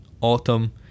autumn